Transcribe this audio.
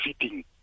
fitting